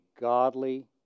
godly